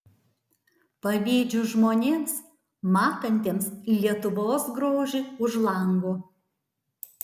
pavydžiu žmonėms matantiems lietuvos grožį už lango